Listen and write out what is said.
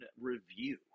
review